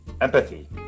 empathy